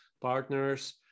partners